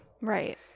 Right